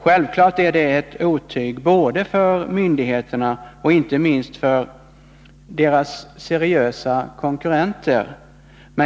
Självfallet är det här ett otyg för myndigheterna och inte minst för konkurrerande seriösa företag.